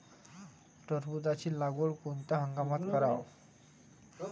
टरबूजाची लागवड कोनत्या हंगामात कराव?